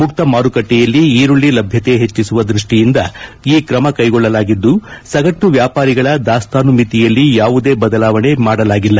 ಮುಕ್ತ ಮಾರುಕಟ್ಟೆಯಲ್ಲಿ ಈರುಳ್ಳಿ ಲಭ್ಯತೆ ಹೆಚ್ಚಿಸುವ ದೃಷ್ಟಿಯಿಂದ ಈ ಕ್ರಮ ಕೈಗೊಳ್ಳಲಾಗಿದ್ದು ಸಗಟು ವ್ಯಾಪಾರಿಗಳ ದಾಸ್ತಾನು ಮಿತಿಯಲ್ಲಿ ಯಾವುದೇ ಬದಲಾವಣೆ ಮಾಡಲಾಗಿಲ್ಲ